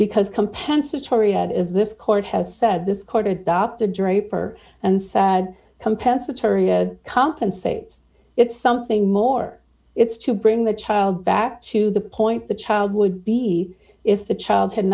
because compensatory had is this court has said this court adopted draper and sad compensatory a compensates it's something more it's to bring the child back to the point the child would be if the child